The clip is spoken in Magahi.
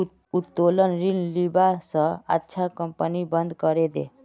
उत्तोलन ऋण लीबा स अच्छा कंपनी बंद करे दे